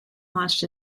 launched